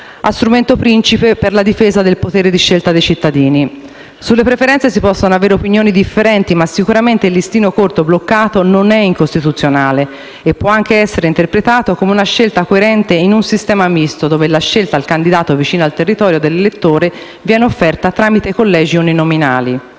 a strumento principe per la difesa del potere di scelta dei cittadini. Sulle preferenze si possono avere opinioni differenti, ma sicuramente il listino corto bloccato non è incostituzionale e può anche essere interpretato come una scelta coerente in un sistema misto, dove la scelta del candidato vicino al territorio dell'elettore viene offerta tramite i collegi uninominali: